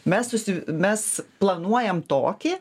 mes susi mes planuojam tokį